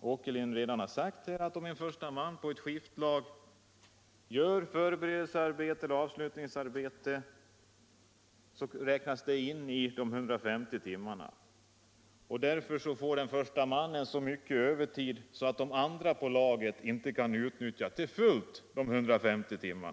Åkerlind påpekat, förberedelseoch avslutningsarbeten som utförs av förste mannen i ett skiftlag räknas in i de 150 timmarna. Därför får denne så mycket övertid att de andra i skiftlaget inte till fullo kan utnyttja sina 150 timmar.